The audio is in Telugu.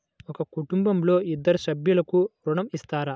ఒక కుటుంబంలో ఇద్దరు సభ్యులకు ఋణం ఇస్తారా?